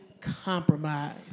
Compromise